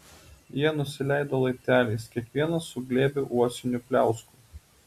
jie nusileido laipteliais kiekvienas su glėbiu uosinių pliauskų